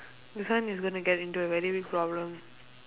this one is gonna get into a very big problem